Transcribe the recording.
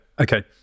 Okay